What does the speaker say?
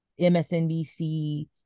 MSNBC